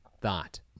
thought